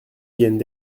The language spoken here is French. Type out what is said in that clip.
viennent